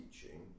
teaching